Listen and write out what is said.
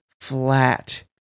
flat